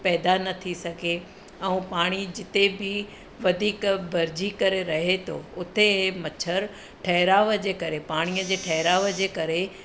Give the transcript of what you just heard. पैदा न थी सघे ऐं पाणी जिते बि वधीक भरिजी करे रहे थो उते ई मछर ठहिराउ जे करे पाणीअ जे ठहिराउ जे करे